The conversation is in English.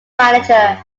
manager